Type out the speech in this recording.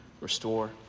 restore